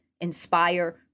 inspire